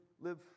live